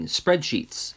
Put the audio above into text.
spreadsheets